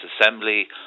Assembly